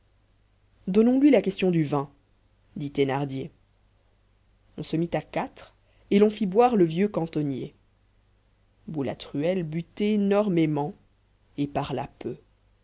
donnons-lui la question du vin dit thénardier on se mit à quatre et l'on fît boire le vieux cantonnier boulatruelle but énormément et parla peu